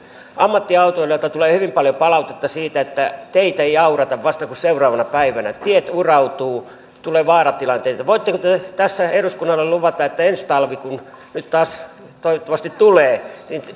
ammattiautoilijoilta tulee hyvin paljon palautetta siitä että teitä ei aurata vasta kuin seuraavana päivänä että tiet urautuvat tulee vaaratilanteita voitteko te tässä eduskunnalle luvata että kun ensi talvi nyt taas toivottavasti tulee niin